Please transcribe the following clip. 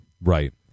Right